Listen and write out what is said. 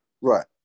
Right